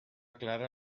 clara